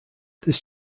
this